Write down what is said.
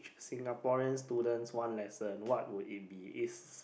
Singaporean students one lesson what would it be is